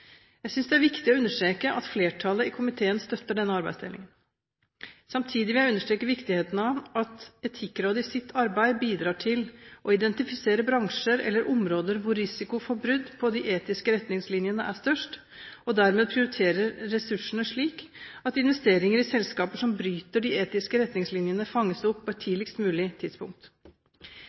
Jeg synes det er viktig å understreke at flertallet i komiteen støtter denne arbeidsdelingen. Samtidig vil jeg understreke viktigheten av at Etikkrådet i sitt arbeid bidrar til å identifisere bransjer eller områder hvor risiko for brudd på de etiske retningslinjene er størst, og dermed prioriterer ressursene slik at investeringer i selskaper som bryter de etiske retningslinjene, fanges opp på et tidligst mulig tidspunkt.